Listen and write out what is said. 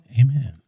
Amen